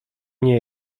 nie